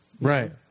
Right